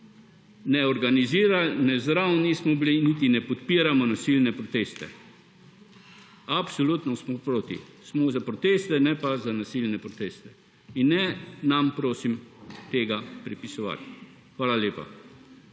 ne organizirali, ne zraven nismo bili, niti ne podpiramo nasilne proteste. Absolutno smo proti. Smo za proteste, ne pa za nasilne proteste. In ne nam, prosim, tega pripisovati. Hvala lepa.